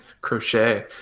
crochet